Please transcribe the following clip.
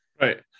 Right